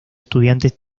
estudiantes